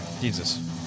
Jesus